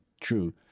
true